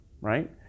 right